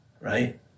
right